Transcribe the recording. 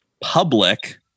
public